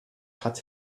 hat